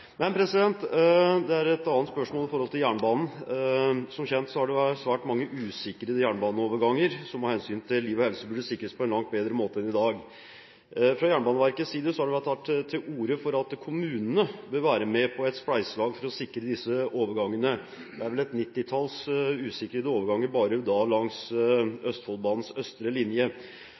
Men til et annet spørsmål om jernbanen: Som kjent har vi svært mange usikrede jernbaneoverganger, som av hensyn til liv og helse burde sikres på en langt bedre måte enn i dag. Fra Jernbaneverkets side har det vært tatt til orde for at kommunene bør være med på et spleiselag for å sikre disse overgangene. Det er vel et nittitalls usikrede overganger bare langs Østfoldbanens østre linje.